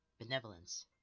benevolence